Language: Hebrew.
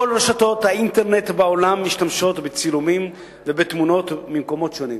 כל רשתות האינטרנט בעולם משתמשות בצילומים ובתמונות ממקומות שונים.